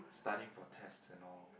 studying for test and all